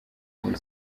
muri